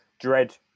dread